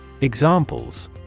Examples